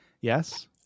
yes